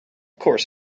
course